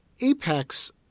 Apex